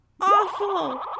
Awful